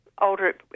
older